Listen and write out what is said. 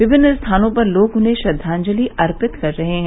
विभिन्न स्थानों पर लोग उन्हें श्रद्वाजंलि अर्पित कर रहे हैं